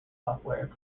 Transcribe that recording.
software